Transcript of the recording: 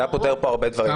זה היה פותר פה הרבה דברים.